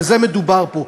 בזה מדובר פה.